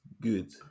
good